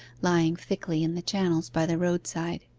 lying thickly in the channels by the roadside,